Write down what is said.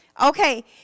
okay